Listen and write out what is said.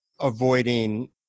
avoiding